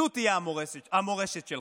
זו תהיה המורשת שלך.